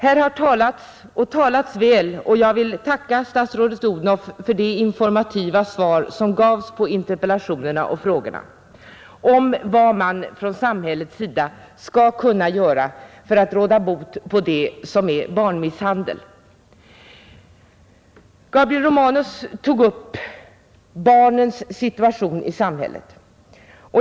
Här har talats och talats väl — och jag vill tacka statsrådet Odhnoff för det informativa svar som gavs på interpellationen och frågorna — om vad man från samhällets sida skall kunna göra för att råda bot på det som är barnmisshandel. Gabriel Romanus tog upp barnens situation i samhället.